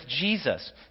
Jesus